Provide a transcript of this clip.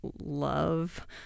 love